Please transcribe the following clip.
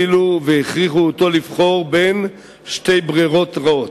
העלילו והכריחו אותו לבחור בין שתי ברירות רעות.